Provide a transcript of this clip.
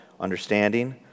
understanding